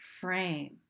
frame